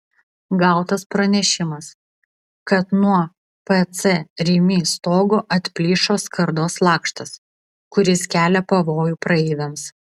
gautas pranešimas kad nuo pc rimi stogo atplyšo skardos lakštas kuris kelia pavojų praeiviams